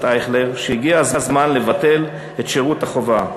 אייכלר שהגיע הזמן לבטל את שירות החובה,